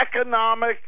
economic